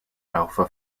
alpha